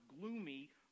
gloomy